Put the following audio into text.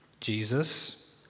Jesus